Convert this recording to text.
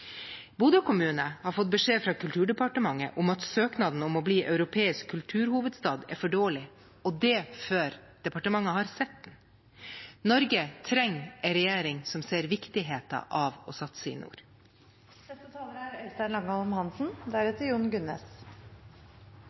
Bodø kommune har fått beskjed fra Kulturdepartementet om at søknaden om å bli europeisk kulturhovedstad er for dårlig, og det før departementet har sett den. Norge trenger en regjering som ser viktigheten av å satse i